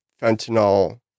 fentanyl